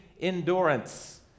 endurance